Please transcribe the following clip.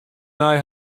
nei